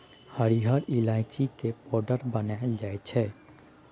हरिहर ईलाइची के पाउडर बनाएल जाइ छै